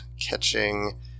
catching